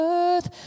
earth